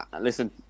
listen